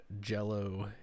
jello